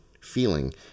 feeling